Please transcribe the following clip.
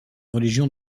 religion